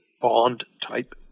bond-type